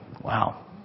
Wow